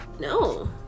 No